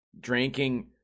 drinking